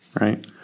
right